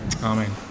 amen